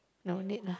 no need lah